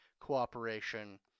cooperation